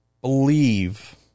believe